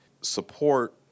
support